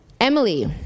Emily